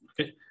okay